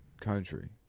country